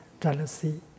jealousy